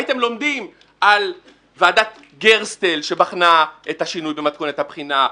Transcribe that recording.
הייתם לומדים על ועדת גרסטל שבחנה את השינוי במתכונת הבחינה,